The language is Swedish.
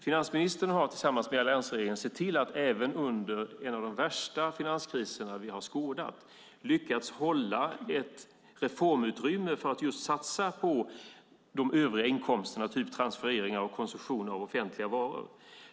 Finansministern har tillsammans med alliansregeringen sett till att även under en av de värsta finanskriser som vi har skådat lyckats hålla ett reformutrymme för att just satsa på de övriga inkomsterna, typ transfereringar av konsumtion av offentliga varor.